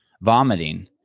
vomiting